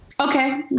Okay